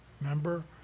remember